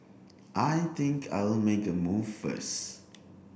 I think I'll make a move first